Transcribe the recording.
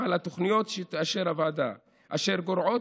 על התוכניות שתאשר הוועדה אשר גורעות